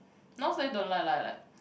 not say don't like lah like